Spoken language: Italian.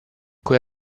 quel